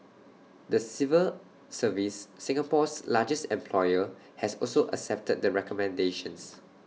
the civil service Singapore's largest employer has also accepted the recommendations